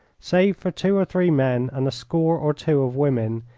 save for two or three men and a score or two of women,